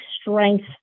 strength